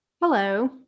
hello